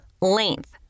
Length